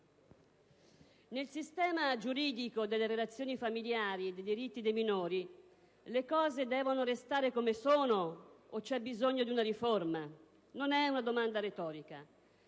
nel sistema giuridico delle relazioni familiari e dei diritti dei minori le cose devono restare come sono o c'è bisogno di una riforma? Non è una domanda retorica.